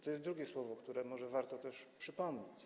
To jest drugie słowo, które może warto przypomnieć.